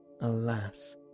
alas